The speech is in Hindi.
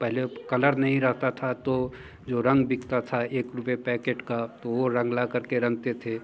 पहले कलर नहीं रहता था तो जो रंग बिकता था एक रुपये पैकेट का तो वो रंग ला कर के रंगते थे